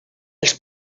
els